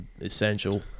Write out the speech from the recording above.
essential